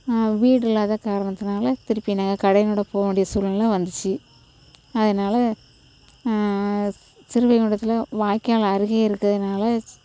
வீடு இல்லாத காரணத்துனால் திருப்பி நாங்கள் கடையனோடை போக வேண்டிய சூழ்நிலை வந்துச்சு அதனால் சிறுவைகுண்டத்தில் வாய்க்கால் அருகே இருக்கிறதுனால